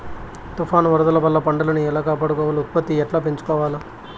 తుఫాను, వరదల వల్ల పంటలని ఎలా కాపాడుకోవాలి, ఉత్పత్తిని ఎట్లా పెంచుకోవాల?